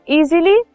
easily